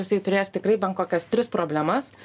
jisai turės tikrai bent kokias tris problemas